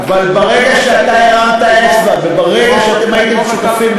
אבל ברגע שאתה הרמת אצבע וברגע שאתם הייתם שותפים,